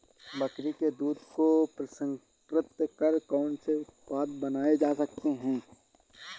बकरी के दूध को प्रसंस्कृत कर कौन से उत्पाद बनाए जा सकते हैं?